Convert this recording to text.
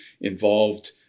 involved